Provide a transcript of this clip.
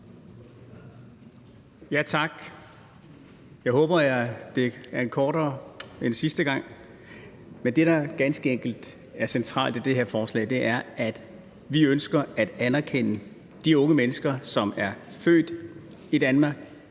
(RV): Jeg håber, jeg kan gøre det kortere end sidste gang. Det, der jo ganske enkelt er centralt i det her forslag, er, at vi ønsker at anerkende de unge mennesker, som er født i Danmark,